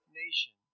nation